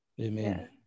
Amen